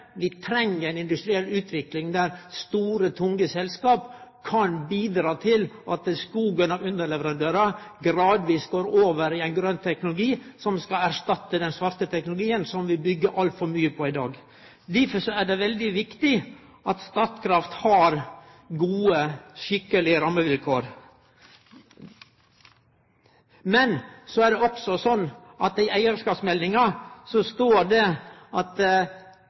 Vi treng ei industriell utvikling der store, tunge selskap kan bidra til at skogen av underleverandørar gradvis går over i ein grøn teknologi som skal erstatte den svarte teknologien som vi byggjer altfor mykje på i dag. Difor er det veldig viktig at Statkraft har gode, skikkelege rammevilkår. Men så er det også sånn at i eigarskapsmeldinga står det at